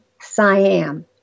Siam